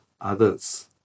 others